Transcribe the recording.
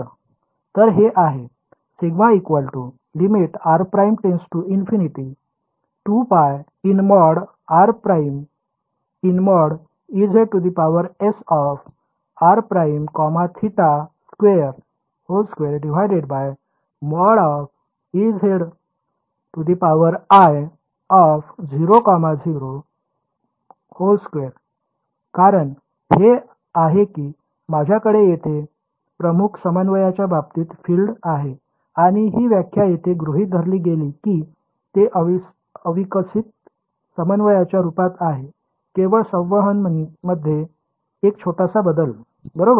तर हे आहे σ π।r ′। ।Ezsr′ θ।2 ।Ezi0 0।2 कारण हे आहे की माझ्याकडे येथे प्रमुख समन्वयांच्या बाबतीत फील्ड आहे आणि ही व्याख्या येथे गृहीत धरली गेली की ते अविकसित समन्वयांच्या रूपात आहे केवळ संवहन मध्ये एक छोटासा बदल बरोबर